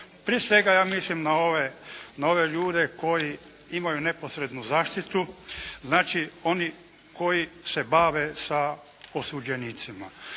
Prije svega, ja mislim na ove ljude koji imaju neposrednu zaštitu. Znači, oni koji se bave sa osuđenicima.